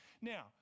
Now